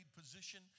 position